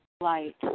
light